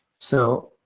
so,